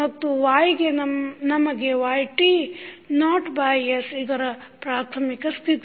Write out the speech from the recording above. ಮತ್ತು yಗೆ ನಮಗೆ yt ನಾಟ್ by s ಇದರ ಪ್ರಾಥಮಿಕ ಸ್ಥಿತಿ